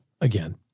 again